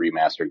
remastered